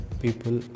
people